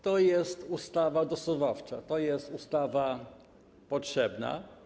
To jest ustawa dostosowawcza, to jest ustawa potrzebna.